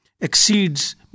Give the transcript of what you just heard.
exceeds